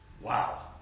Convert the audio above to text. wow